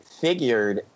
figured